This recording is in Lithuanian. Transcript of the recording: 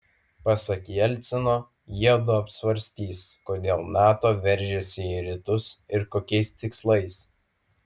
pasak jelcino jiedu apsvarstys kodėl nato veržiasi į rytus ir kokiais tikslais